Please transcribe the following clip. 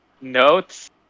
Notes